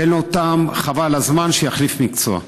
אין לו טעם, חבל על הזמן, שיחליף מקצוע.